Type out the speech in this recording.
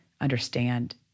understand